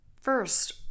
First